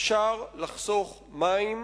אפשר לחסוך מים,